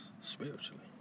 spiritually